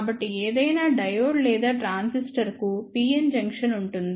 కాబట్టి ఏదైనా డయోడ్ లేదా ట్రాన్సిస్టర్కు p n జంక్షన్ ఉంటుంది